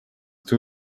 two